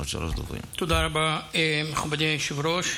תודה רבה, מכובדי היושב-ראש.